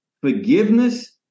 forgiveness